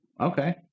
Okay